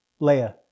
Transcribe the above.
Leia